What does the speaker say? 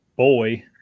boy